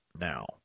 now